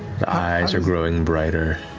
eyes are growing brighter.